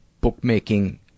bookmaking